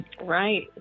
Right